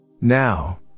Now